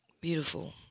beautiful